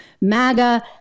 MAGA